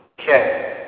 Okay